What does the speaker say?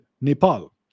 Nepal